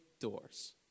doors